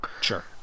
Sure